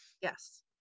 Yes